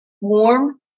Warm